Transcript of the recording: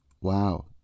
Wow